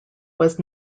was